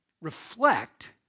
reflect